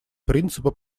принципа